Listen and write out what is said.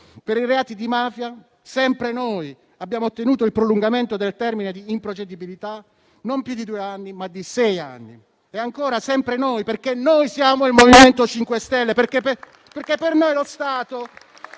Per i reati di mafia, sempre noi abbiamo ottenuto il prolungamento del termine di improcedibilità che non è più di due, ma di sei anni. E ancora sempre noi, perché noi siamo il MoVimento 5 Stelle, perché per noi lo Stato